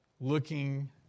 looking